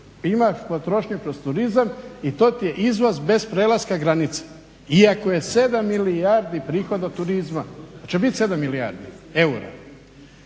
ima potrošnju kroz turizam i to ti je izvoz bez prelaska granice. Iako je 7 milijardi prihod od turizma, oće bit 7 milijardi eura?